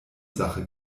sache